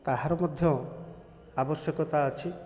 ତାହାର ମଧ୍ୟ ଆବଶ୍ୟକତା ଅଛି